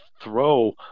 throw